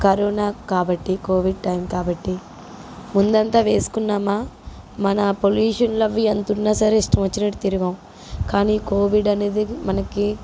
corona కాబట్టి covid time కాబట్టి ముందంతా వేసుకున్నామా మన పొల్యూషన్లవి ఎంతున్నా సరే ఇష్టమొచ్చినట్టు తిరిగాం కానీ కోవిడ్ అనేది మనకి